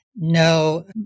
No